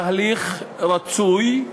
תהליך רצוי,